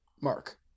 mark